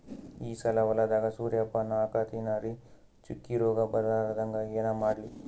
ಈ ಸಲ ಹೊಲದಾಗ ಸೂರ್ಯಪಾನ ಹಾಕತಿನರಿ, ಚುಕ್ಕಿ ರೋಗ ಬರಲಾರದಂಗ ಏನ ಮಾಡ್ಲಿ?